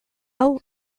hau